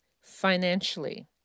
financially